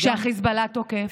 כשהחיזבאללה תוקף?